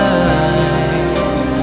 eyes